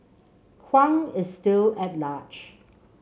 Huang is still at large